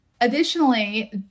Additionally